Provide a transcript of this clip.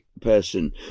person